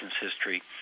history